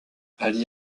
ali